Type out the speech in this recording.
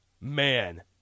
Man